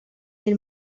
del